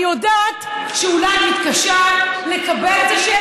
אני יודעת שאולי את מתקשה לקבל את זה,